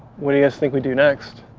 what do you guys think we do next?